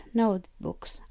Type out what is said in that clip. notebooks